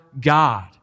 God